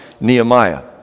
Nehemiah